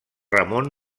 ramon